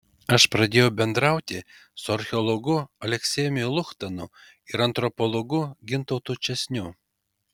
aš pradėjau bendrauti su archeologu aleksejumi luchtanu ir antropologu gintautu česniu